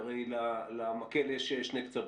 שהרי למקל יש שני קצוות.